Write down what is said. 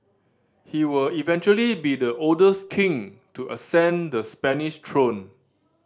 he will eventually be the oldest king to ascend the Spanish throne